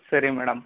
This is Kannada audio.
ಸರಿ ಮೇಡಮ್